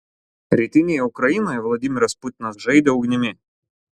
rytinėje ukrainoje vladimiras putinas žaidė ugnimi